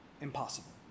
impossible